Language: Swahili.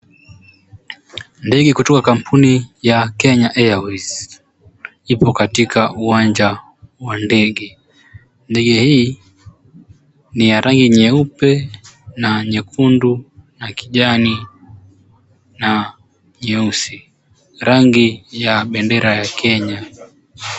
Ndege kutoka kampuni ya Kenya Airways ipo katika uwanja wa ndege. Ndege hii ni ya rangi nyeupe na nyekundu na kijani na nyeusi, rangi ya bendera ya Kenya.